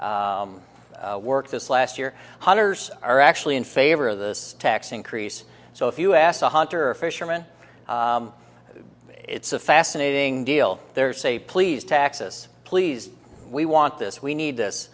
fishing work this last year hunters are actually in favor of this tax increase so if you ask a hunter a fisherman it's a fascinating deal they're say please taxes please we want this we need this